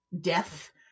death